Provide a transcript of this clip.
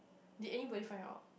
did anybody find out